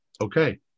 Okay